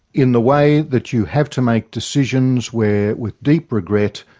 in the way that you have to make decisions where with deep regret,